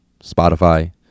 Spotify